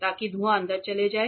ताकि धुंआ अंदर चले जाए